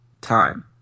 time